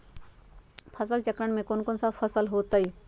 फसल चक्रण में कौन कौन फसल हो ताई?